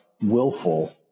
willful